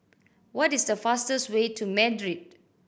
what is the fastest way to Madrid